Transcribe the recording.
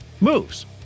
moves